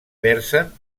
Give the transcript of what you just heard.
versen